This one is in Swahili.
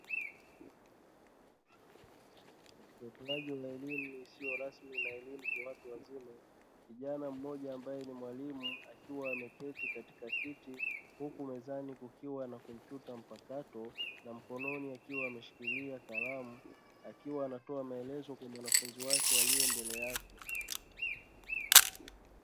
Utoaji wa elimu isiyo rasmi na elimu kwa watu wazima, kijana mmoja ambaye ni mwalimu akiwa ameketi katika kiti huku mezani kukiwa na kompyuta mpakato na mkononi akiwa ameshikilia kalamu akiwa anatoa maelezo kwa mwanafunzi wake aliye mbele yake.